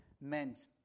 meant